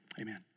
Amen